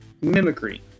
Mimicry